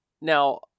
Now